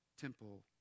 temple